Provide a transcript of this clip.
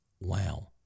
wow